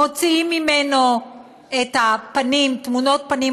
מוציאים ממנו את תמונות הפנים,